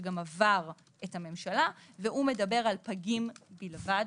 שגם עבר את הממשלה והוא מדבר על פגים בלבד.